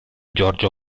giorgio